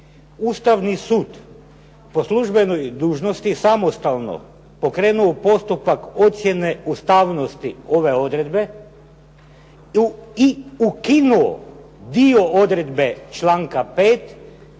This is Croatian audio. Ustavni sud po službenoj dužnosti samostalno pokrenuo postupak ocjene ustavnosti ove odredbe i ukinuo dio odredbe članka 5.